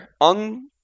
on